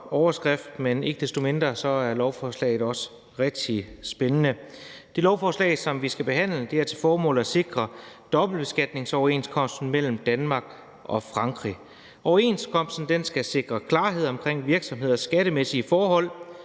men ikke desto mindre er lovforslaget også rigtig spændende. Det lovforslag, som vi skal behandle, har til formål at sikre dobbeltbeskatningsoverenskomsten mellem Danmark og Frankrig. Overenskomsten skal sikre klarhed omkring virksomheders skattemæssige forhold.